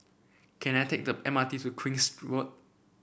can I take the M R T to Queen's Road